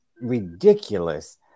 ridiculous